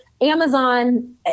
Amazon